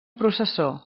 processó